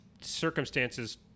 circumstances